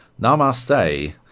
Namaste